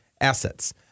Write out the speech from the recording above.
assets